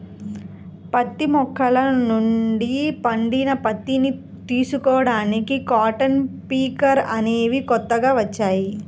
పత్తి మొక్కల నుండి పండిన పత్తిని తీసుకోడానికి కాటన్ పికర్ అనేవి కొత్తగా వచ్చాయి